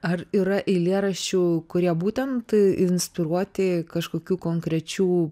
ar yra eilėraščių kurie būtent inspiruoti kažkokių konkrečių